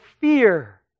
fear